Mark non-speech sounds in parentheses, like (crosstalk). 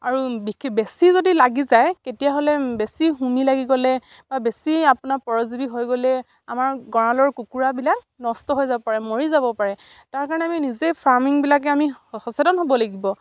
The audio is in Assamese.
আৰু (unintelligible) বেছি যদি লাগি যায় তেতিয়াহ'লে বেছি (unintelligible) লাগি গ'লে বা বেছি আপোনাৰ পৰজীৱী হৈ গ'লে আমাৰ গঁৰালৰ কুকুৰাবিলাক নষ্ট হৈ যাব পাৰে মৰি যাব পাৰে তাৰ কাৰণে আমি নিজেই ফাৰ্মিংবিলাকে আমি সচেতন হ'ব লাগিব